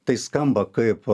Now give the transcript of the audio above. tai skamba kaip